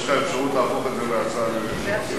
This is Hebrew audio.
יש לך אפשרות להפוך את זה להצעה לסדר-היום,